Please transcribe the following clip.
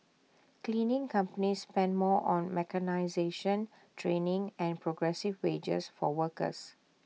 cleaning companies spend more on mechanisation training and progressive wages for workers